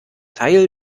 teil